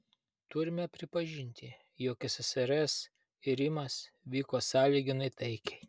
turime pripažinti jog ssrs irimas vyko sąlyginai taikiai